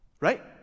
Right